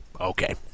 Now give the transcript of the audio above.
okay